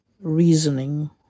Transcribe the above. reasoning